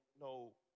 no